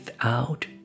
out